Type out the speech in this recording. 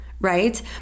right